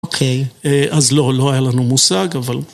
אוקיי. אז לא, לא היה לנו מושג, אבל...